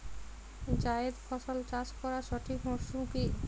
জায়েদ ফসল চাষ করার সঠিক মরশুম কি?